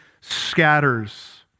scatters